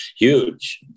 huge